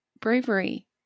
bravery